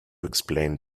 explained